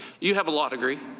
you have a law degree.